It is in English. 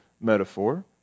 metaphor